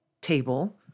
table